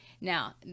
now